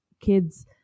kids